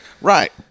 Right